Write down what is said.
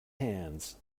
hands